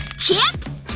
chips?